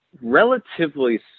relatively